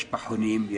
יש פחונים,